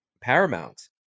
paramount